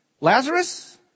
Lazarus